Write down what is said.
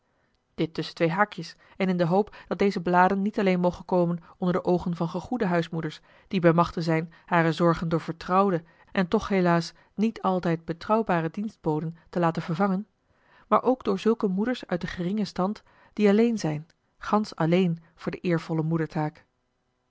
dit tusschen twee haakjes en in de hoop dat deze bladen niet alleen mogen komen onder de oogen van gegoede huismoeders die bij machte zijn hare zorgen door vertrouwde en toch helaas niet altijd betrouwbare dienstboden te laten vervangen maar ook door zulke moeders uit den geringen stand die alleen zijn gansch alleen voor de eervolle moedertaak